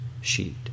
sheet